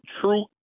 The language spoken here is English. true